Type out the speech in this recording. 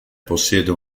possiede